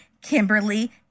Kimberly